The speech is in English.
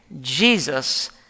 Jesus